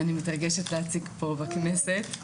אני מתרגשת להציג פה בכנסת,